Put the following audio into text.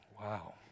Wow